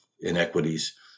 inequities